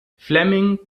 flemming